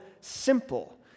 simple